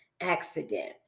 accident